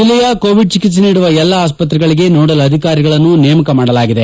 ಜಿಲ್ಲೆಯ ಕೋವಿಡ್ ಚಿಕಿತ್ಸೆ ನೀಡುವ ಎಲ್ಲ ಆಸ್ಪತ್ರೆಗಳಿಗೆ ನೋಡಲ್ ಅಧಿಕಾರಿಗಳನ್ನು ನೇಮಕ ಮಾಡಲಾಗಿದೆ